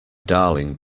darling